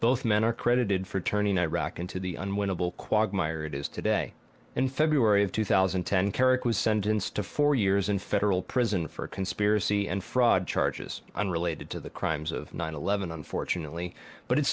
both men are credited for turning iraq into the unwinnable quagmire it is today in february of two thousand and ten kerik was sentenced to four years in federal prison for conspiracy and fraud charges unrelated to the crimes of nine eleven unfortunately but it